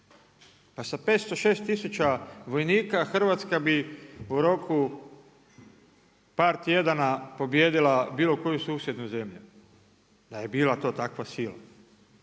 Pa sa 506 tisuća vojnika Hrvatska bi u roku par tjedana pobijedila bilo koju susjednu zemlju da je bila to takva sila.